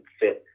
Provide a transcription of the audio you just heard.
fit